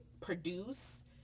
produce